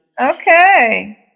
Okay